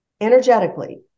energetically